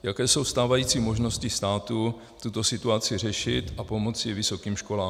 Jaké jsou stávající možnosti státu tuto situaci řešit a pomoci vysokým školám?